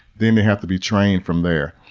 then they have to be trained from there.